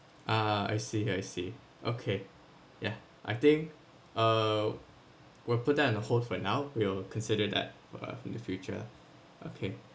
ah I see I see okay yeah I think uh we'll put that on a hold for now we'll consider that uh in the future okay